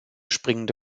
springende